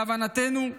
להבנתנו,